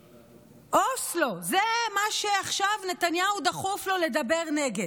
אוסלו, זה מה שעכשיו לנתניהו דחוף לדבר נגדו.